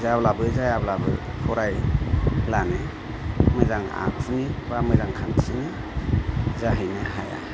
जाब्लाबो जायाब्लाबो फरायनानै मोजां आखुनि बा मोजां खान्थिनि जाहैनो हाया